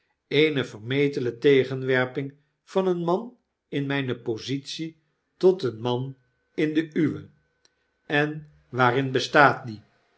eene vermetele tegenwerping van een man in mijne positie tot een man in de uwe en waarin bestaat die